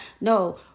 No